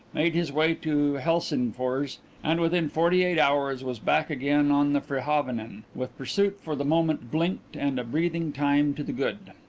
made his way to helsingfors and within forty-eight hours was back again on the frihavnen with pursuit for the moment blinked and a breathing-time to the good.